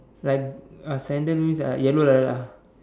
like uh sandal means like yellow like that ah